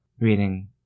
reading